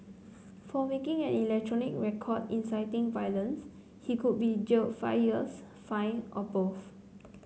for making an electronic record inciting violence he could be jailed five years fined or both